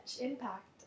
impact